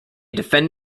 defend